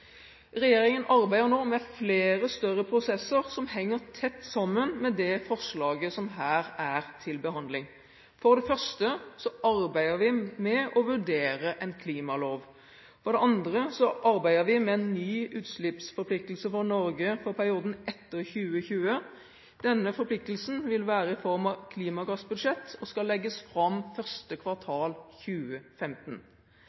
Regjeringen arbeider nå med flere større prosesser som henger tett sammen med det forslaget som her er til behandling. For det første arbeider vi med å vurdere en klimalov. For det andre arbeider vi med en ny utslippsforpliktelse for Norge for perioden etter 2020. Denne forpliktelsen vil være i form av et klimagassbudsjett, og skal legges fram første